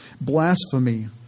Blasphemy